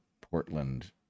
Portland